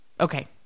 okay